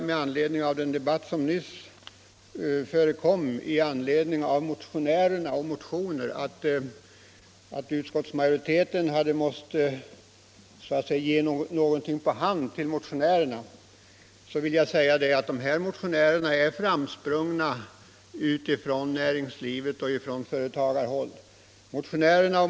Med anledning av den debatt som nyss förekom i anslutning till motionerna, och som gällde att utskottsmajoriteten hade måst så att säga ge någonting på hand till motionärerna, vill jag säga att flera av dessa motionärer är förankrade i näringslivet och företagen.